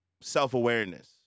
self-awareness